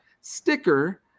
sticker